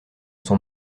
son